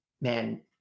man